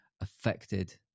affected